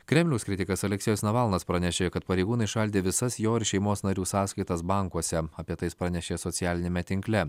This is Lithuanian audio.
kremliaus kritikas aleksejus navalnas pranešė kad pareigūnai įšaldė visas jo ir šeimos narių sąskaitas bankuose apie tai jis pranešė socialiniame tinkle